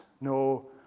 No